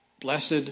Blessed